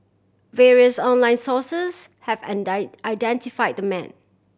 various online sources have identify the man